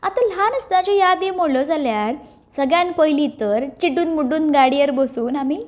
आतां ल्हान आसतनाच्यो यादी म्हणल्यो जाल्यार सगळ्यांत पयलीं तर चिडून मुडून गाडयेर बसून आमी